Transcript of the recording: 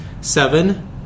seven